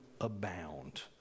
abound